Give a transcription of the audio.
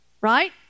right